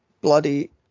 bloody